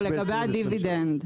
לא, לגבי הדיבידנד.